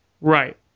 Right